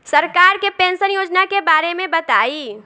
सरकार के पेंशन योजना के बारे में बताईं?